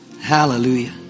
Hallelujah